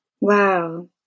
Wow